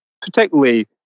particularly